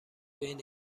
بین